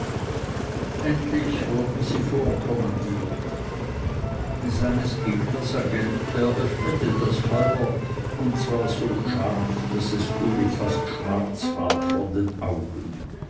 endlich wurden sie vorkommandiert seines gegners agent eröffnete das feuer und zwar so scharf daß es uli fast schwarz ward vor den augen